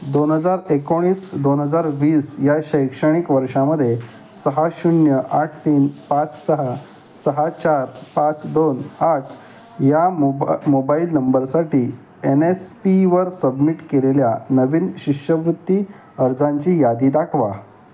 दोन हजार एकोणीस दोन हजार वीस या शैक्षणिक वर्षामध्ये सहा शून्य आठ तीन पाच सहा सहा चार पाच दोन आठ या मोबा मोबाईल नंबरसाठी एन एस पीवर सबमिट केलेल्या नवीन शिष्यवृत्ती अर्जांची यादी दाखवा